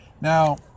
Now